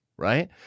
right